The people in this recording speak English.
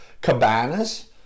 cabanas